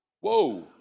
whoa